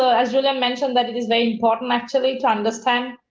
so as you and mentioned, that it is very important actually to understand.